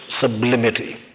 sublimity